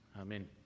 amen